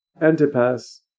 Antipas